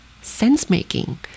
Sense-making